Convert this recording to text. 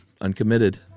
uncommitted